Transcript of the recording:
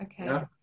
Okay